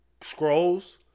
scrolls